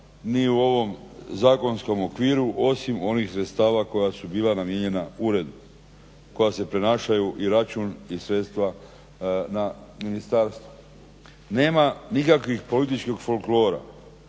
ni u ovom zakonskom okviru osim onih sredstava koja su bila namijenjena uredu, koja se prenašaju i račun i sredstva na Ministarstvo. Nema nikakvih političkih folklora,